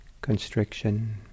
constriction